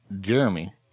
Jeremy